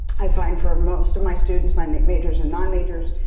i find for most of my students, my majors and non majors,